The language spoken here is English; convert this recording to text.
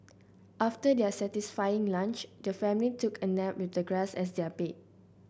after their satisfying lunch the family took a nap with the grass as their bed